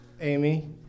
Amy